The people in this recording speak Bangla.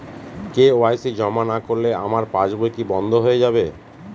কে.ওয়াই.সি জমা না করলে আমার পাসবই কি বন্ধ হয়ে যাবে?